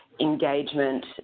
engagement